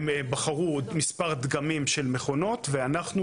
הם בחרו מספר דגמים של מכונות ואנחנו